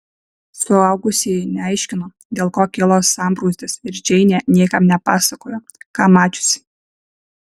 suaugusieji neaiškino dėl ko kilo sambrūzdis ir džeinė niekam nepasakojo ką mačiusi